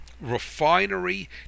refinery